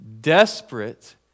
Desperate